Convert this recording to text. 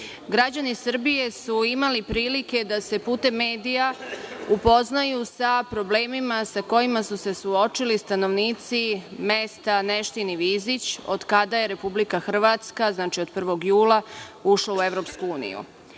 Antiću. Građani Srbije su imali prilike da se putem medija upoznaju sa problemima sa kojima su se suočili stanovnici mesta Neštin i Vizić od kada je Republika Hrvatska, znači od 1. jula, ušla u EU.Ova dva